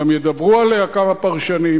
גם ידברו עליה כמה פרשנים,